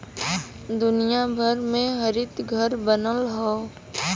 दुनिया भर में हरितघर बनल हौ